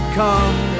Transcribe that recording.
come